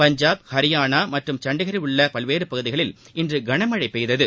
பஞ்சாப் ஹரியானா மற்றும் சண்டிகரில் உள்ள பல்வேறு பகுதிகளில் இன்று கனமழை பெய்தது